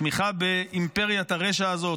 תמיכה באימפריית הרשע הזאת.